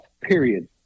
period